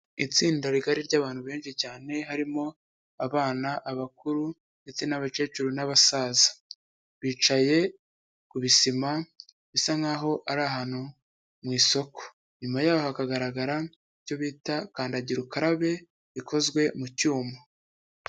Itsinda rigari ry'abantutu benshi cyane, harimo abana, abakuru ndetse n'abakecuru n'abasaza, bicaye ku bisima bisa nkaho ari ahantu mu isoko, nyuma yaho hakagaragara icyo bita kandagira ukarabe ikozwe mu cyuma.